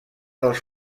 dels